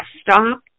stop